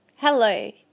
Hello